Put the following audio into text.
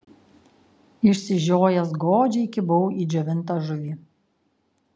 išsižiojęs godžiai kibau į džiovintą žuvį